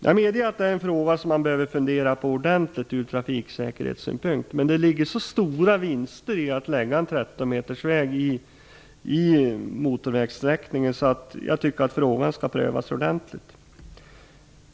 Jag medger att det här är en fråga som man behöver fundera ordentligt över från trafiksäkerhetssynpunkt, men det ligger så stora vinster i att lägga en 13-metersväg i motorvägssträckningen att jag tycker att frågan skall prövas ordentligt.